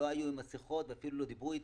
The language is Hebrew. לא היו עם מסכות ואפילו לא דיברו איתם.